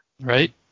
Right